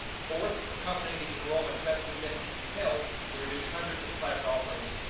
fourth, accompanying these enrollment cuts we've been compelled to reduce hundreds of class offerings,